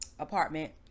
apartment